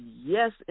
yes